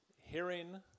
Hearing